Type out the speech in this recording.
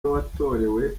watorewe